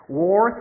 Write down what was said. war